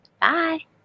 Bye